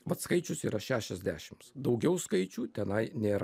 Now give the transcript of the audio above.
vat skaičius yra šešiasdešims daugiau skaičių tenai nėra